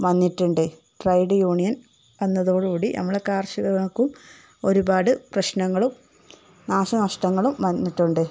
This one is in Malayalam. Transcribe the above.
വന്നിട്ടുണ്ട് ട്രേഡ് യൂണിയൻ വന്നതോടുകൂടി നമ്മളുടെ കർഷകർക്കും ഒരുപാട് പ്രശ്നങ്ങളും നാശനഷ്ടങ്ങളും വന്നിട്ടുണ്ട്